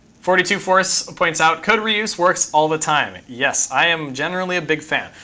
forty two force points out, code reuse works all the time. yes. i am generally a big fan.